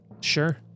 Sure